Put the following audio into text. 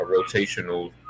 rotational